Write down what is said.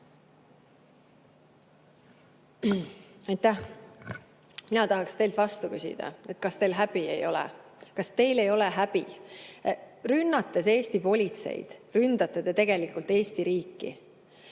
Aitäh! Mina tahaksin teilt vastu küsida, kas teil häbi ei ole. Kas teil ei ole häbi? Rünnates Eesti politseid, ründate te tegelikult Eesti riiki.